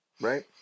right